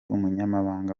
umunyamabanga